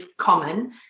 common